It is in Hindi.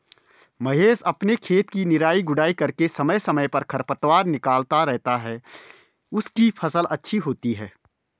महेश अपने खेत की निराई गुड़ाई करके समय समय पर खरपतवार निकलता रहता है उसकी फसल अच्छी होती है